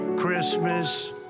Christmas